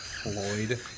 Floyd